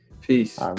Peace